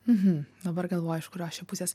mhm dabar galvoju iš kurios čia pusės